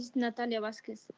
natalia vasquez.